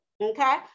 Okay